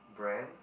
brand